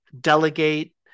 delegate